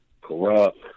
corrupt